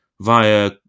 via